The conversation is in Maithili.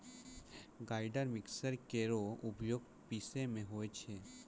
ग्राइंडर मिक्सर केरो उपयोग पिसै म होय छै